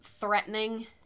Threatening